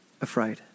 afraid